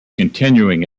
continuing